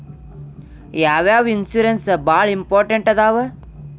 ಯಾವ್ಯಾವ ಇನ್ಶೂರೆನ್ಸ್ ಬಾಳ ಇಂಪಾರ್ಟೆಂಟ್ ಅದಾವ?